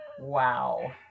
Wow